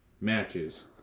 matches